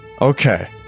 Okay